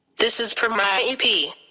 this is from my i e. p.